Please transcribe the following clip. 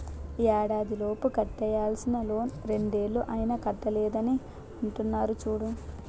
ఏడాదిలోపు కట్టేయాల్సిన లోన్ రెండేళ్ళు అయినా కట్టలేదని అంటున్నారు చూడు